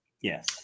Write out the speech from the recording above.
Yes